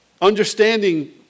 Understanding